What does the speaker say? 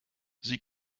sie